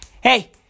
hey